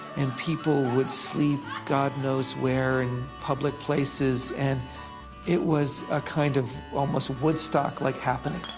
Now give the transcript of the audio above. and people would sleep god knows where, in public places. and it was a kind of almost woodstock-like happening.